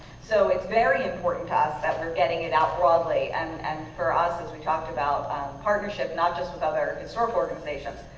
so it's very important to us that we're getting it out broadly. and and for us, as we talked about partnership not just with other historical organizations,